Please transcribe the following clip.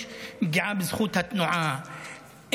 יש פגיעה בזכות התנועה,